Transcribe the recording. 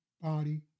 Body